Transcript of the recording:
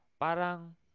Parang